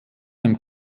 dem